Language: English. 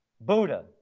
Buddha